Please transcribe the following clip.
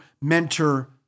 mentor